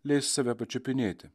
leis save pačiupinėti